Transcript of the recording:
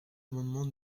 amendement